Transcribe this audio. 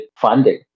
funding